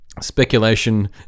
speculation